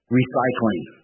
Recycling